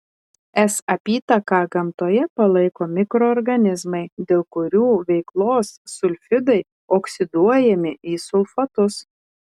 s apytaką gamtoje palaiko mikroorganizmai dėl kurių veiklos sulfidai oksiduojami į sulfatus